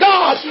God